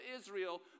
Israel